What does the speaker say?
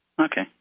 Okay